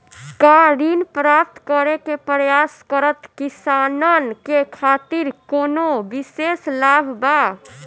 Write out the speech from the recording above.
का ऋण प्राप्त करे के प्रयास करत किसानन के खातिर कोनो विशेष लाभ बा